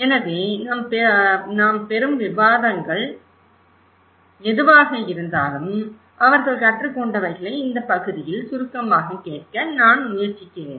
எனவே நாம் பெறும் விவாதங்கள் எதுவாக இருந்தாலும் அவர்கள் கற்றுக்கொண்டவைகளை இந்த பகுதியில் சுருக்கமாகக் கேட்க நான் முயற்சிக்கிறேன்